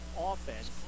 offense